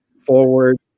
forward